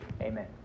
Amen